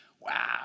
Wow